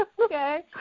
Okay